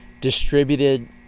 distributed